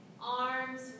arms